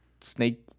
snake